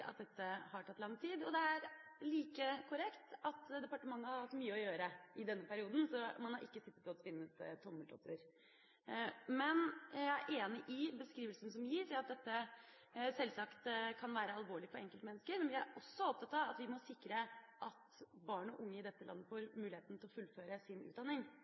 at dette har tatt lang tid, og det er like korrekt at departementet har hatt mye å gjøre i denne perioden, så man har ikke sittet og tvinnet tommeltotter. Jeg er enig i beskrivelsen som gis om at dette selvsagt kan være alvorlig for enkeltmennesker, men jeg er også opptatt av at vi må sikre at barn og unge i dette landet får muligheten til å fullføre sin utdanning.